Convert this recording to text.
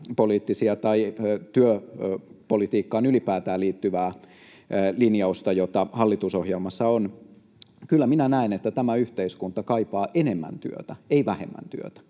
kritisoitu työpolitiikkaan liittyvää linjausta, jota hallitusohjelmassa on. Kyllä minä näen, että tämä yhteiskunta kaipaa enemmän työtä, ei vähemmän työtä,